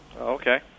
Okay